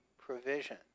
provision